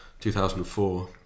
2004